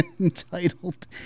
entitled